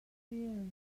theory